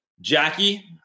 Jackie